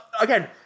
again